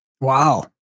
Wow